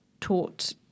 taught